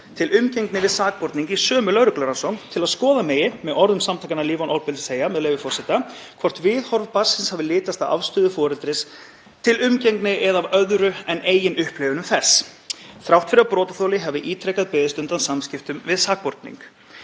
til umgengni við sakborning í sömu lögreglurannsókn, svo skoða megi, með orðum samtakanna Líf án ofbeldis, með leyfi forseta: „… hvort viðhorf barnsins hafi litast af afstöðu foreldris til umgengni eða af öðru en eigin upplifunum þess“ þrátt fyrir að brotaþoli hafi ítrekað beðist undan samskiptum við sakborning.